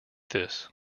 this